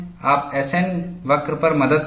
आप S N वक्र पर मदद लेंगे